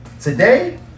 Today